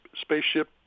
spaceship